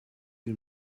you